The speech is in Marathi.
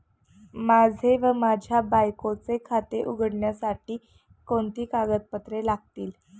माझे व माझ्या बायकोचे खाते उघडण्यासाठी कोणती कागदपत्रे लागतील?